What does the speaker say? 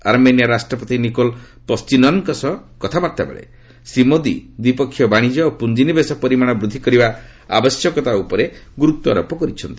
Armenia ରାଷ୍ଟ୍ରପତି Nikol ପଣ୍ଢିନନ୍ଙ୍କ ସହ କଥାବାର୍ତ୍ତା ବେଳେ ଶ୍ରୀ ମୋଦି ଦ୍ୱୀପକ୍ଷ ବାଣିଜ୍ୟ ଓ ପୁଞ୍ଜିନିବେଶ ପରିମାଣ ବୃଦ୍ଧି କରିବାର ଆବଶ୍ୟକତା ଉପରେ ଗୁରୁତ୍ୱାରୋପ କରିଛନ୍ତି